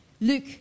Luke